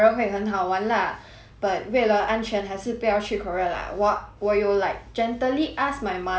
but 为了安全还是不要去 korea lah 我我有 like gently ask my mother if I can go korea lah